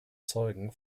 zeugen